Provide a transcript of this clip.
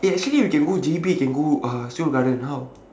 eh actually we can go J_B we can go uh seoul garden how